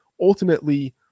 ultimately